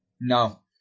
no